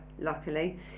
luckily